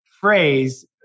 phrase